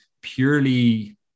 purely